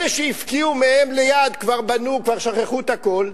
אלה שהפקיעו מהם ליד כבר בנו, כבר שכחו הכול.